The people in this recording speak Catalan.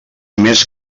més